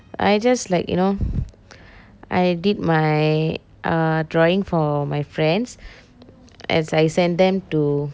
I just like you know I did my uh drawing for my friends as I sent them to